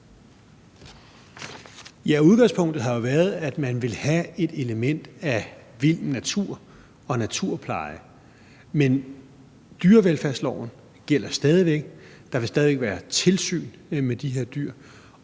Udgangspunktet har jo været, at man ville have et element af vild natur og naturpleje, men dyrevelfærdsloven gælder stadig væk. Der vil stadig væk være tilsyn med de her dyr.